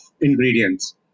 ingredients